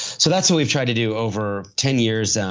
so, that's what we've tried to do over ten years. um